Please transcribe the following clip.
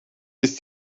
ist